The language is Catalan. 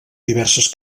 diverses